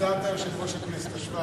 בממוצע אתה יושב-ראש הכנסת השבע-עשרה.